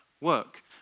work